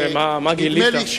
נדמה לי,